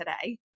today